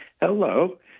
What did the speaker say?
hello